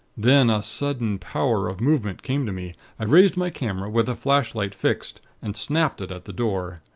then a sudden power of movement came to me. i raised my camera, with the flashlight fixed, and snapped it at the door.